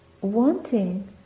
wanting